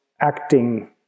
acting